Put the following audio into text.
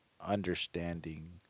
understanding